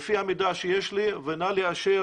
לפי המידע שיש לי ונא לאשר